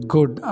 Good